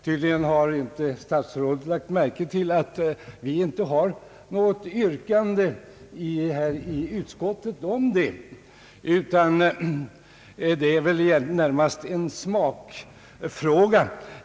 Tydligen har inte statsrådet lagt märke till att vi inte i utskottet framfört något sådant yrkande.